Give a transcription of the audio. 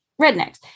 Rednecks